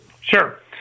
Sure